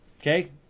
Okay